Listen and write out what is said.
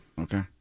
Okay